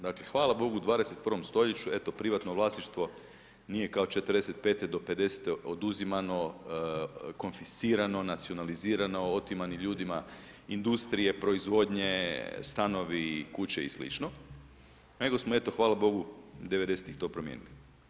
Dakle, hvala Bogu, u 21. stoljeću eto, privatno vlasništvo nije kao '45. do '50. oduzimano, konfiscirano, nacionalizirano, otimane ljudima industrije, proizvodnje, stanovi, kuće i sl., nego smo eto, hvala Bogu, devedesetih to promijenili.